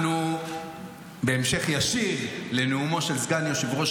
אנחנו בהמשך ישיר לנאומו של סגן יושב-ראש